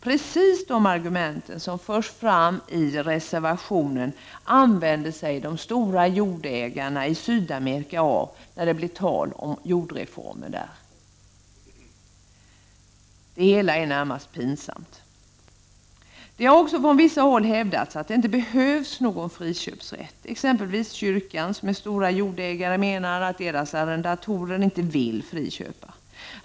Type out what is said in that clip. Precis de argument som förs fram i reservationen använder sig de stora jordägarna av i Sydamerika när det blir tal om jordreformer där. Det hela är närmast pinsamt. Från vissa håll har det hävdats att det inte behövs någon friköpsrätt. Exempelvis menar kyrkans företrädare, som är stora jordägare, att deras arrendatorer inte vill friköpa.